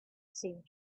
seemed